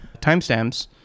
timestamps